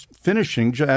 finishing